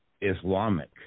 Islamic